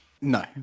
No